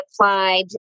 applied